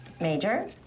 major